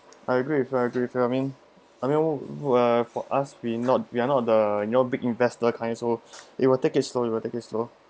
I agree with you I agree with you I mean I mean where for us we're not we're not the you know big investor kind so we will take it slow we will take it slow